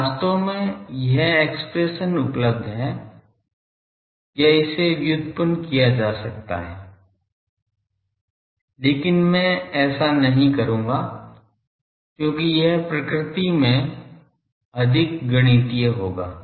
तो वास्तव में यह एक्सप्रेशन उपलब्ध है या इसे व्युत्पन्न किया जा सकता है लेकिन मैं ऐसा नहीं करूंगा क्योंकि यह प्रकृति में अधिक गणितीय होगा